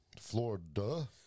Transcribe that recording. Florida